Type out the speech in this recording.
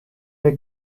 mehr